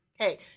Okay